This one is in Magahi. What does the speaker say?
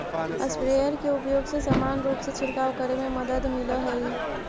स्प्रेयर के उपयोग से समान रूप से छिडकाव करे में मदद मिलऽ हई